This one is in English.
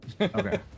okay